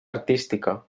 artística